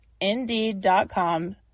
Indeed.com